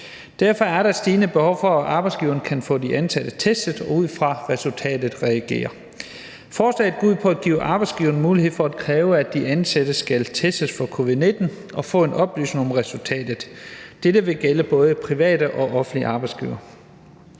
Derfor er der et stigende behov for, at arbejdsgiverne kan få de ansatte testet og reagere ud fra resultatet. Forslaget går ud på at give arbejdsgiverne mulighed for at kræve, at de ansatte skal testes for covid-19, og få oplysning om resultatet. Dette vil gælde både private og offentlige arbejdsgivere.